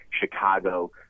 Chicago